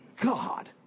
God